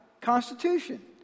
constitution